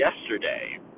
Yesterday